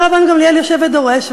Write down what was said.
היה רבן גמליאל יושב ודורש,